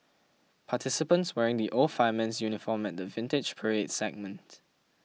participants wearing the old fireman's uniform at the Vintage Parade segment